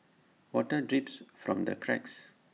water drips from the cracks